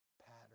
pattern